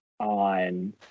on